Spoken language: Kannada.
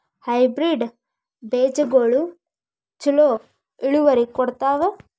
ಹೈಬ್ರಿಡ್ ಬೇಜಗೊಳು ಛಲೋ ಇಳುವರಿ ಕೊಡ್ತಾವ?